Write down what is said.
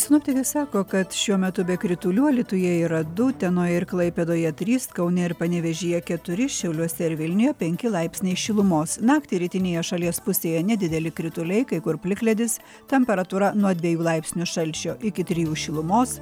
sinoptikai sako kad šiuo metu be kritulių alytuje yra du utenoje ir klaipėdoje trys kaune ir panevėžyje keturi šiauliuose ir vilniuje penki laipsniai šilumos naktį rytinėje šalies pusėje nedideli krituliai kai kur plikledis temperatūra nuo dviejų laipsnių šalčio iki trijų šilumos